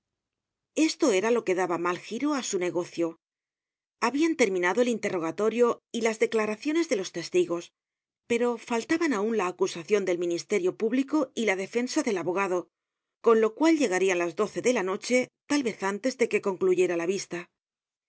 esto era lo que daba mal giro á su negocio habian terminado el interrogatorio y las declaraciones de los testigos pero faltaban aun la acusacion del ministerio público y la defensa del abogado con lo cual llegarian las doce de la noche tal vez antes de que se concluyera la vista